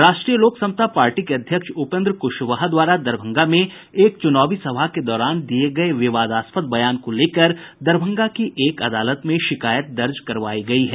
राष्ट्रीय लोक समता पार्टी के अध्यक्ष उपेन्द्र कुशवाहा द्वारा दरभंगा में एक चुनावी सभा के दौरान दिये गये विवादास्पद बयान को लेकर दरभंगा की एक अदालत में शिकायत दर्ज करवायी गयी है